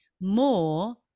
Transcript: more